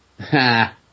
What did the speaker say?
Ha